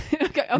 okay